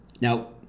Now